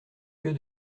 que